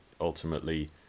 ultimately